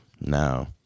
no